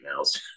emails